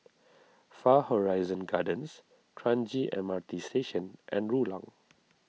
Far Horizon Gardens Kranji M R T Station and Rulang